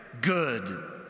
good